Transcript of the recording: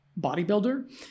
bodybuilder